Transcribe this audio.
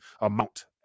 amount